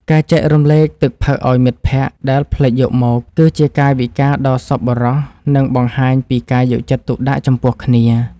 ការចែករំលែកទឹកផឹកឱ្យមិត្តភក្តិដែលភ្លេចយកមក គឺជាកាយវិការដ៏សប្បុរស និងបង្ហាញពីការយកចិត្តទុកដាក់ចំពោះគ្នា។